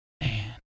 man